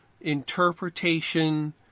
interpretation